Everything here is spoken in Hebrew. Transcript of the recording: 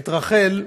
את רחל,